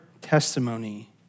testimony